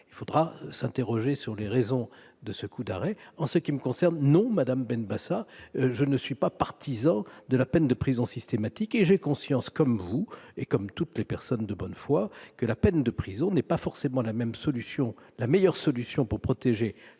Il faudra s'interroger sur les raisons de cette situation. En ce qui me concerne, madame Benbassa, je ne suis pas partisan de la peine de prison systématique. J'ai conscience, comme vous et comme toutes les personnes de bonne foi, que la prison n'est pas forcément la meilleure solution pour protéger